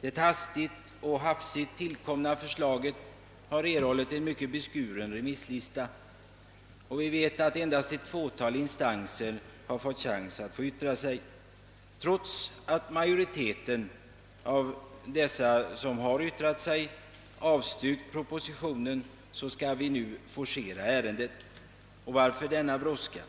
Det hastigt och hafsigt tillkomna förslaget har erhållit en mycket beskuren remisslista, och endast ett fåtal instanser har fått chans att yttra sig. Trots att majoriteten av dem har asvtyrkt propositionen skall vi nu forcera ärendet. Och varför denna brådska?